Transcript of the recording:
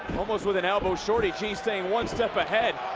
almost with an elbow. shorty g staying one step ahead.